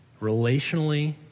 relationally